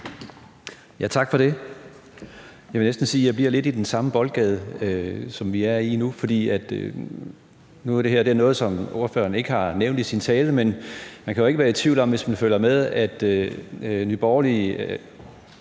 (S): Tak for det. Jeg vil næsten sige, at jeg bliver lidt i den samme boldgade, som vi er i nu. Nu er det her ikke noget, som ordføreren har nævnt i sin tale, men man kan jo ikke være i tvivl om, hvis man følger med, at Nye Borgerlige